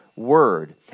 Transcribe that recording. Word